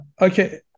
okay